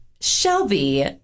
Shelby